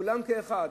כולם כאחד,